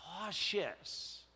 cautious